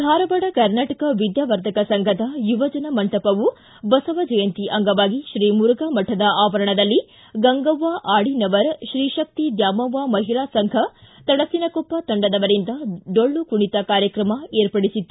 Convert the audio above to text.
ಧಾರವಾಡ ಕರ್ನಾಟಕ ವಿದ್ಯಾವರ್ಧಕ ಸಂಘದ ಯುವಜನ ಮಂಟಪವು ಬಸವ ಜಯಂತಿ ಅಂಗವಾಗಿ ಶ್ರೀಮುರುಘಾಮಠ ಆವರಣದಲ್ಲಿ ಗಂಗವ್ವ ಆಡಿನವರ ಶ್ರೀತಕ್ತಿ ದ್ಯಾಮವ್ವ ಮಹಿಳಾ ಸಂಘ ತಡಸಿನಕೊಪ್ಪ ತಂಡದವರಿಂದ ಡೊಳ್ಳು ಕುಣಿತ ಕಾರ್ಯಕ್ರಮ ಏರ್ಪಡಿಸಿತ್ತು